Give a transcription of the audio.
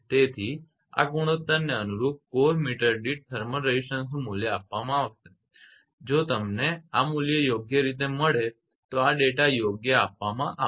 તેથી આ ગુણોત્તરને અનુરૂપ કોર મીટર દીઠ થર્મલ રેઝિસ્ટન્સ નું મૂલ્ય આપવામાં આવશે જો તમને આ મૂલ્ય યોગ્ય રીતે મળે તો આ ડેટા યોગ્ય આપવામાં આવશે